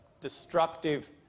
destructive